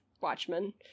Watchmen